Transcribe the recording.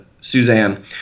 Suzanne